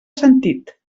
sentit